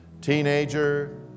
teenager